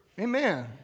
Amen